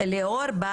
אליאור בר